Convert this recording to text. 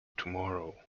tomorrow